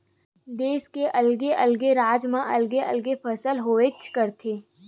देस के अलगे अलगे राज म अलगे अलगे फसल होबेच करथे